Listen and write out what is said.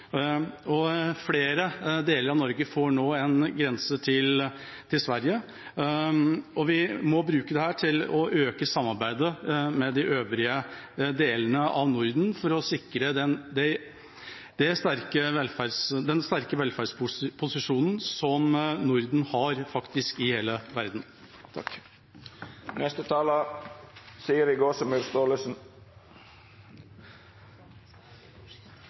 framover. Flere deler av Norge får nå grense mot Sverige. Vi må bruke dette til å øke samarbeidet med de øvrige delene av Norden for å sikre den sterke velferdsposisjonen som Norden har i hele verden.